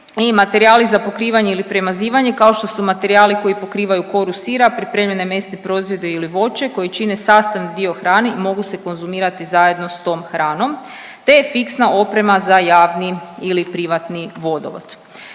materijali za pokrivanje ili premazivanje kao što su materijali koji pokrivaju koru sira, pripremljene mesne proizvode ili voće koji čine sastavni dio hrane i mogu se konzumirati zajedno s tom hranom te fiksna oprema za javni ili privatni vodovod.